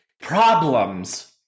problems